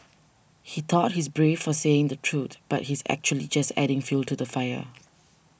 he thought he's brave for saying the truth but he's actually just adding fuel to the fire